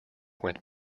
went